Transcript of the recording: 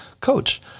Coach